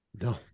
no